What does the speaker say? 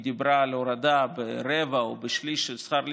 היא דיברה על הורדה ברבע או בשליש של שכר הלימוד.